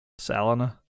Salina